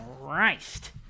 Christ